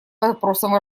вопросам